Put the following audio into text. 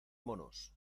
monos